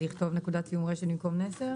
לכתוב "נקודת סיום רשת" במקום "נס"ר"?